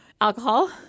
Alcohol